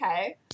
okay